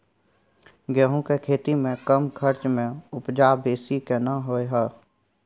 गेहूं के खेती में कम खर्च में उपजा बेसी केना होय है?